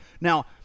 Now